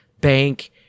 Bank